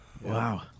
Wow